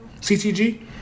CTG